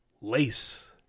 lace